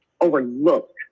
overlooked